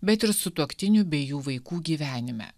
bet ir sutuoktinių bei jų vaikų gyvenime